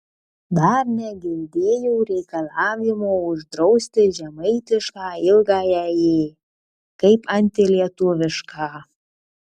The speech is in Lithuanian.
dar negirdėjau reikalavimo uždrausti žemaitišką ilgąją ė kaip antilietuvišką